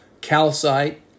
calcite